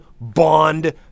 Bond